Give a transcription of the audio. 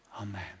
Amen